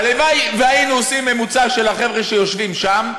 הלוואי שהיינו עושים ממוצע של החבר'ה שיושבים שם,